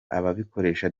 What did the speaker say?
ababikoresha